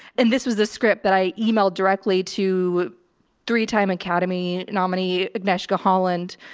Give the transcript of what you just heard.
and this was a script that i emailed directly to three time academy nominee agnieszka holland.